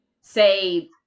say